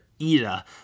Ida